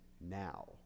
now